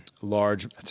large